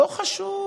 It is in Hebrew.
לא חשוב.